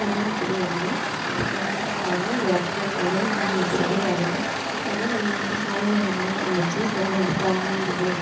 தண்ணி ஊற்றிட்டு வந்தேன் எப்போ கேண்டீன் போனாலுமே ஒரு வாட்டர் பாட்டில் அளவு தண்ணி ஊற்றிட்டுதான் வருவேன் ஏன்னா அது ரொம்ப சாகிற நிலமையில இருந்துச்சு சரி ரொம்ப பாவமாகருந்துது